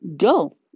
go